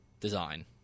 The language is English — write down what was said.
design